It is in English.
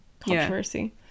controversy